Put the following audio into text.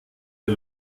der